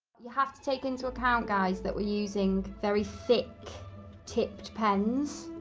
you have to take into account, guys, that we're using very thick tipped pens.